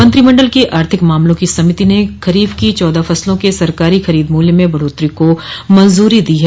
मंत्रिमंडल की आर्थिक मामलों की समिति ने खरीफ की चौदह फसलों के सरकारी खरीद मूल्य में बढ़ोतरी को मंजूरी दी है